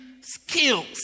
skills